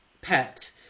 pet